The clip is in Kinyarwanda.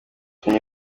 kanye